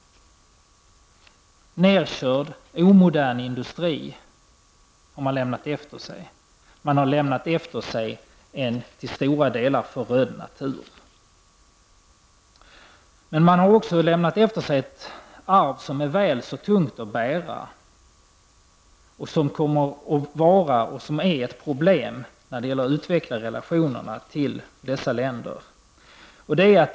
Man har lämnat efter sig en nerkörd, omodern industri till stora delar förödd natur. Man har också lämnat efter sig ett arv som är väl så tungt att bära och som kommer att vara och är ett problem när det gäller att utveckla relationerna till dessa länder.